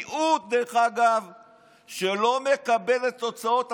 מיעוט שלא מקבל את תוצאות הבחירות.